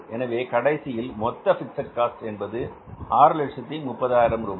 எனவே கடைசியில் மொத்த பிக்ஸட் காஸ்ட் என்பது 630000 ரூபாய்